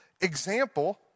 example